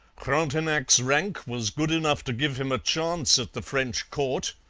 frontenac's rank was good enough to give him a chance at the french court.